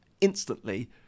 Instantly